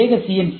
அதிவேக சி